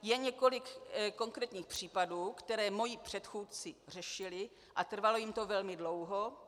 Je několik konkrétních případů, které moji předchůdci řešili, a trvalo jim to velmi dlouho.